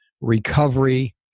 recovery